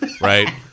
right